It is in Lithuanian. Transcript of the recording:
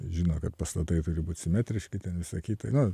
žino kad pastatai turi būti simetriški ten visa kita na